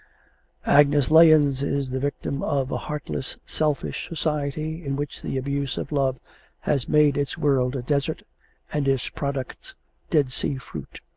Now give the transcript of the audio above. agnes lahens is the victim of a heartless, selfish society in which the abuse of love has made its world a desert and its products dead sea fruit.